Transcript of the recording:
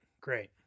great